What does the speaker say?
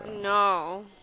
No